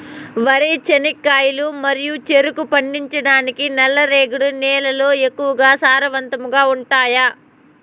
వరి, చెనక్కాయలు మరియు చెరుకు పండించటానికి నల్లరేగడి నేలలు ఎక్కువగా సారవంతంగా ఉంటాయా?